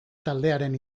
taldearen